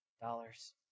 dollars